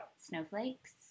snowflakes